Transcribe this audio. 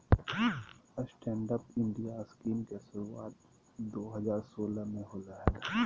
stand up India scheme के शुरुआत दू हज़ार सोलह में होलय हल